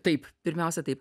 taip pirmiausia taip